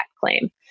claim